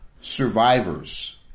survivors